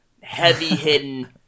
heavy-hidden